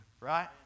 Right